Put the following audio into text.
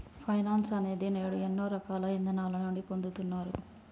finance అనేది నేడు ఎన్నో రకాల ఇదానాల నుండి పొందుతున్నారు